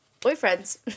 boyfriends